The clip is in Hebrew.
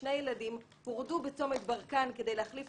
שבשנה שעברה שני ילדים הורדו בצומת ברקן כדי להחליף